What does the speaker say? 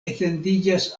etendiĝas